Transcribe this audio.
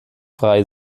frei